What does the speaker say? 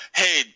hey